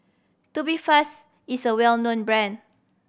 Tubifast is a well known brand